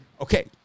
Okay